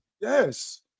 Yes